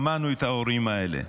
שמענו את ההורים האלה,